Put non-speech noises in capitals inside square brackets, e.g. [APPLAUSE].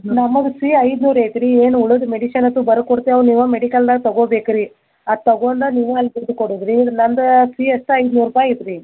ನಮಗೆ [UNINTELLIGIBLE] ಐದ್ನೂರ ಅಯ್ತ್ರಿ ಏನು ಉಳಿದ ಮೆಡಿಸನ್ ಬರ್ಕೊಡ್ತೇವೆ ನೀವು ಮೆಡಿಕಲ್ದಾಗ ತಗೋಬೇಕು ರೀ ಅದು ತಗೊಂಡ ನೀವು ಅಲ್ಲಿ ದುಡ್ಡು ಕೊಡುದ ರೀ ಇಲ್ಲಂದರೆ ಫಿ ಎಷ್ಟ ಐದ್ನೂರ ರೂಪಾಯಿ ಅಯ್ತ್ರಿ